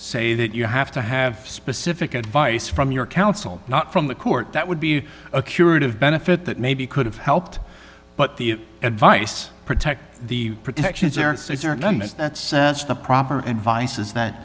say that you have to have specific advice from your counsel not from the court that would be a curative benefit that maybe could have helped but the advice protect the protections are the proper advice is that